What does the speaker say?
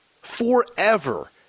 Forever